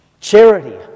Charity